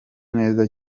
neza